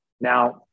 Now